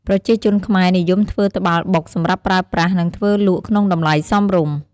ប្រជាជនខ្មែរនិយមធ្វើត្បាល់បុកសម្រាប់ប្រើប្រាស់ និងធ្វើលក់ក្នុងតម្លៃរសមរម្យ។